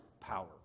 power